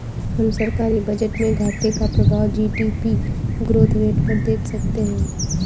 हम सरकारी बजट में घाटे का प्रभाव जी.डी.पी ग्रोथ रेट पर देख सकते हैं